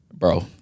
Bro